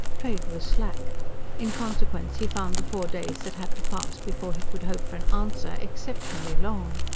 trade was slack in consequence he found the four days that had to pass before he could hope for an answer exceptionally long.